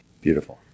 Beautiful